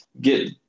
get